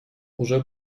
уже